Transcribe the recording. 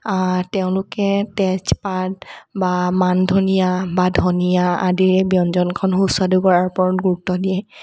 তেওঁলোকে তেজপাত বা মান ধনীয়া বা ধনীয়া আদিৰেই ব্যঞ্জনখন সুস্বাদু কৰাৰ ওপৰত গুৰুত্ব দিয়ে